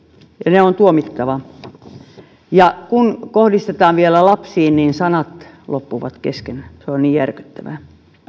ja ne on tuomittava ja kun vielä kohdistetaan lapsiin niin sanat loppuvat kesken se on niin järkyttävää